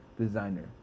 designer